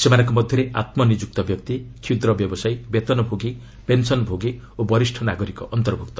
ସେମାନଙ୍କ ମଧ୍ୟରେ ଆତ୍ମନିଯୁକ୍ତ ବ୍ୟକ୍ତି କ୍ଷୁଦ୍ର ବ୍ୟବସାୟୀ ବେତନଭୋଗୀ ପେନ୍ସନଭୋଗୀ ଓ ବରିଷ୍ଠ ନାଗରିକ ଅନ୍ତର୍ଭୁକ୍ତ